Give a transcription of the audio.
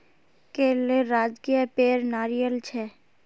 केरलेर राजकीय पेड़ नारियल छे